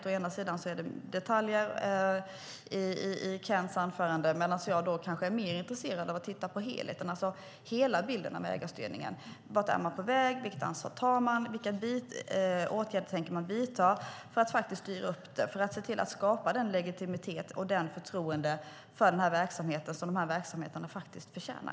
Å ena sidan var det mycket detaljer i Kents anförande, medan jag å andra sidan är mer intresserad av att titta på helheten, alltså hela bilden av ägarstyrningen. Vart är man på väg? Vilket ansvar tar man? Vilka åtgärder tänker man vidta för att styra upp det och se till att skapa den legitimitet och det förtroende för de här verksamheterna som verksamheterna faktiskt förtjänar?